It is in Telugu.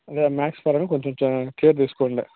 ఇక మాథ్స్ పరంగా కొంచం కేర్ తీసుకోండి